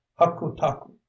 hakutaku